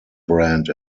brand